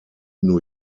new